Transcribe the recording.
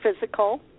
physical